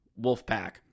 Wolfpack